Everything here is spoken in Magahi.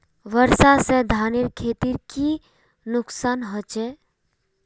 वर्षा से धानेर खेतीर की नुकसान होचे?